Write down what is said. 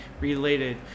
related